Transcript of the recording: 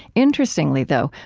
interestingly though,